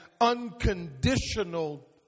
unconditional